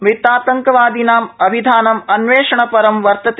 मृतातंकवादिनां अभिधानं अन्वेषणपरं वर्तते